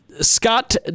Scott